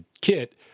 kit